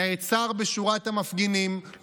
נעצר בשורת המפגינים,